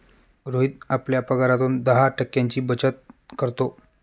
रोहित आपल्या पगारातून दहा टक्क्यांची बचत करतो